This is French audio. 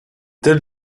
telle